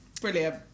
brilliant